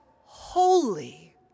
holy